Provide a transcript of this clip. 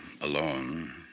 alone